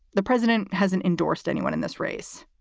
the president hasn't endorsed anyone in this race.